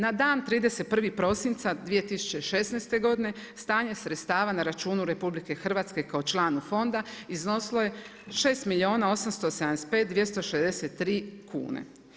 Na dan 31. prosinca 2016. godine stanje sredstava na računu RH kao članu fonda iznosilo je 6 milijuna 875 263 kune.